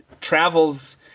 travels